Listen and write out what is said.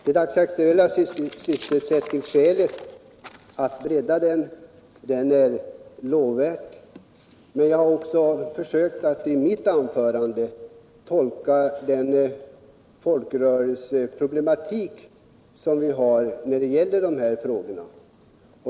Att stimulera sysselsättningen är lovvärt, men jag har i mitt anförande också försökt klarlägga den folkrörelseproblematik som finns beträffande dessa frågor.